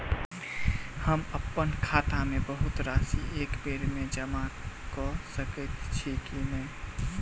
हम अप्पन खाता मे बहुत राशि एकबेर मे जमा कऽ सकैत छी की नै?